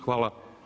Hvala.